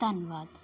ਧੰਨਵਾਦ